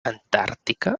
antàrtica